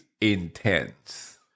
intense